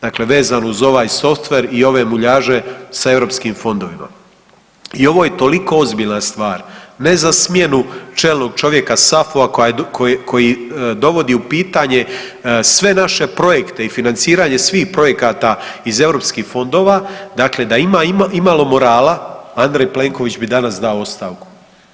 Dakle vezano uz ovaj softver i ove muljaže sa europskim fondovima i ovo je toliko ozbiljna stvar, ne za smjenu čelnog čovjeka SAFU-a koji dovodi u pitanje sve naše projekte i financiranje svih projekata iz EU fondova, dakle da ima imalo morala, Andrej Plenković bi danas dao ostavku.